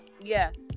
Yes